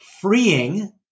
freeing